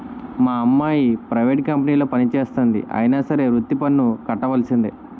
మా అమ్మాయి ప్రైవేట్ కంపెనీలో పనిచేస్తంది అయినా సరే వృత్తి పన్ను కట్టవలిసిందే